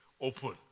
open